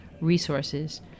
resources